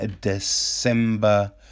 December